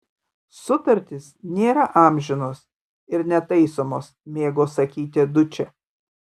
sutartys nėra amžinos ir netaisomos mėgo sakyti dučė